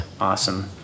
awesome